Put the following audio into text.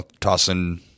tossing